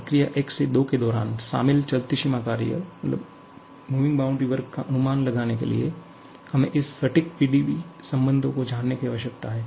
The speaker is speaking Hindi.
प्रक्रिया 1 से 2 के दौरान शामिल चलती सीमा कार्य का अनुमान लगाने के लिए हमें इस सटीक PdVसंबंध को जानने की आवश्यकता है